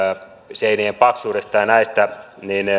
seinien paksuudesta ja näistä